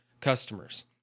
customers